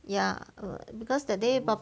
ya because that day